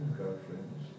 girlfriends